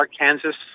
arkansas